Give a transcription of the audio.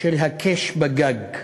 של "הקש בגג".